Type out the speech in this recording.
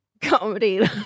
comedy